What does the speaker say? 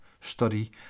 study